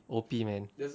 O_P man